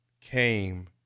came